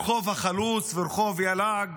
רחוב החלוץ ורחוב יל"ג,